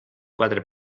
quatre